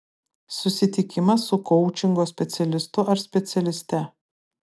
susitikimas su koučingo specialistu ar specialiste